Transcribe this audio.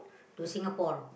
to Singapore